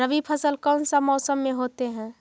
रवि फसल कौन सा मौसम में होते हैं?